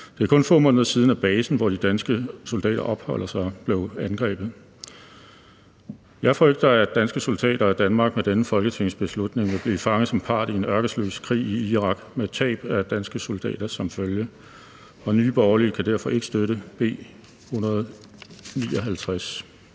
Det er kun få måneder siden, at basen, hvor de danske soldater opholder sig, blev angrebet. Jeg frygter, at danske soldater og Danmark med denne folketingsbeslutning vil blive fanget som part i en ørkesløs krig i Irak med tab af danske soldater som følge. Nye Borgerlige kan derfor ikke støtte B 159.